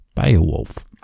Beowulf